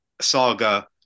saga